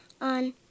on